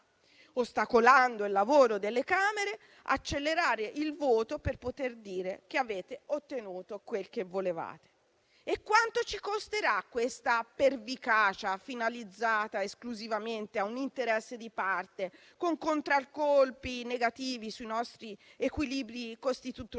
ostacolando il lavoro delle Camere, accelerare il voto, per poter dire che avete ottenuto quel che volevate. Quanto ci costerà questa pervicacia, finalizzata esclusivamente a un interesse di parte? Con contraccolpi negativi sui nostri equilibri costituzionali